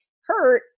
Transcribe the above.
hurt